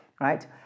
right